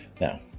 Now